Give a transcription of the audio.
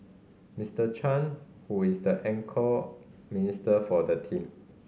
Mister Chan who is the anchor minister for the team